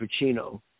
Pacino